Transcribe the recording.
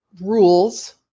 rules